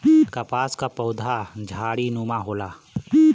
कपास क पउधा झाड़ीनुमा होला